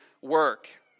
work